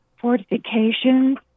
fortifications